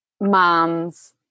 moms